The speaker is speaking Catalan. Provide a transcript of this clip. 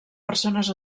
persones